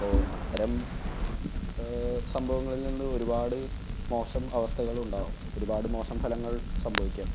അപ്പോൾ അത്തരം സംഭവങ്ങളിൽ നിന്നൊരുപാട് മോശം അവസ്ഥകളുണ്ടാകും ഒരുപാട് മോശം ഫലങ്ങൾ സംഭവിക്കാം